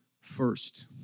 first